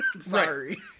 Sorry